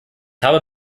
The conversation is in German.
habe